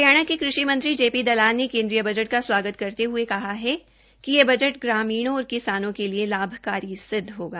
हरियाणा के कृषि मंत्री जे पी दलाल ने केन्द्रीय बजट का स्वागत करते हये कि यह बजट ग्रामीणों और किसानों के लिए लाभकारी सिदध होगा